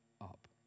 up